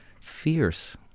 fierce